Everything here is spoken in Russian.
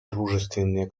дружественные